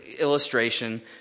illustration